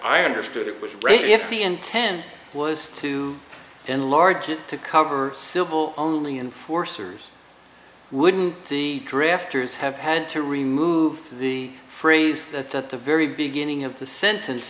i understood it was right if the intent was to enlarge it to cover syllable only enforcers wouldn't the drifters have had to remove the phrase that's at the very beginning of the sentence